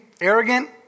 arrogant